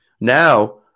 Now